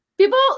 People